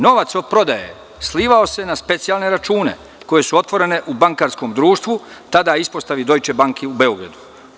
Novac od prodaje slivao se na specijalne račune koji su otvarani u bankarskom društvu, tada ispostavi „Dojče banke“ u Beogradu.